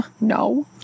No